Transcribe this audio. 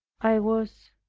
i was,